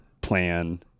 plan